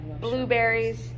blueberries